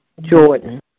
Jordan